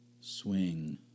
swing